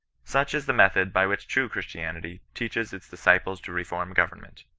such is the method by which true christianity teaches its disciples to reform government.